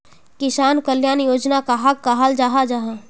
किसान कल्याण योजना कहाक कहाल जाहा जाहा?